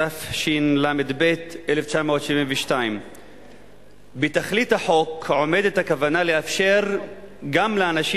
התשל"ב 1972. תכלית החוק היא הכוונה לאפשר גם לאנשים